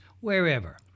wherever